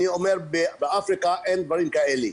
אני אומר, באפריקה אין דברים כאלה.